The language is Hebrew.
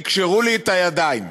תקשרו לי את הידיים.